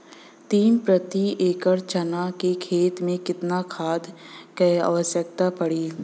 तीन प्रति एकड़ चना के खेत मे कितना खाद क आवश्यकता पड़ी?